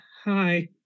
Hi